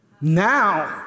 Now